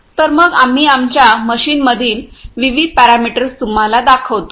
तर मग आम्ही आमच्या मशीनमधील विविध पॅरामीटर्स तुम्हाला दाखवतो